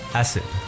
acid